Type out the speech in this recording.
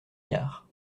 diard